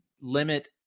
limit